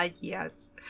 Yes